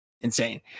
insane